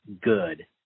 good